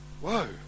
Whoa